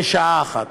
בשעה אחת.